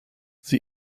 sie